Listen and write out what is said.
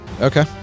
Okay